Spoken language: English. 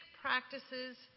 practices